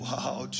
Wow